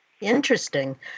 Interesting